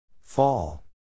Fall